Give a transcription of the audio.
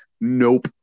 nope